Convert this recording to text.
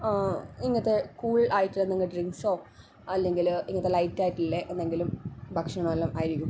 ഇങ്ങൻത്തെ കൂൾ ആയിട്ടുള്ള എന്തെങ്കിലും ഡ്രിങ്ക്സ്സോ അല്ലെങ്കില് ഇങ്ങനത്തെ ലൈറ്റായിട്ടുള്ള എന്തെങ്കിലും ഭക്ഷണവും വല്ലതും ആയിരിക്കും